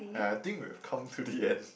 and I think we've come to the end